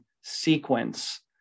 sequence